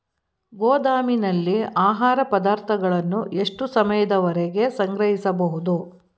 ಗೋದಾಮಿನಲ್ಲಿ ಆಹಾರ ಪದಾರ್ಥಗಳನ್ನು ಎಷ್ಟು ಸಮಯದವರೆಗೆ ಸಂಗ್ರಹಿಸಬಹುದು?